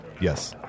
Yes